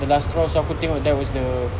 the last straw so aku tengok that was the